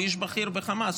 הוא איש בכיר בחמאס,